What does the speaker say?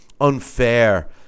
unfair